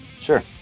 Sure